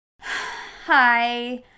Hi